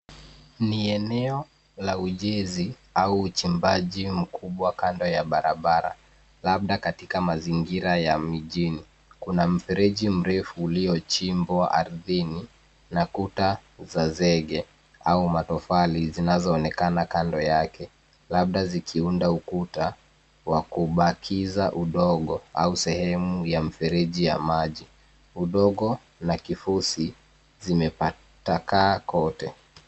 Mieneo la ujezi au uchimbaji mkubwa kando ya barabara, labda katika mazingira ya mijini. Kuna mfereji mrefu uliyochimbwa ardhini na kuta za zege au matofali zinazoonekana kando yake, labda zikiunda ukuta wa kubakiza udongo au sehemu ya mfereji ya maji. Udongo la kifosi zimetapakaa kote.